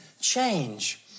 change